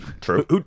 true